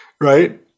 right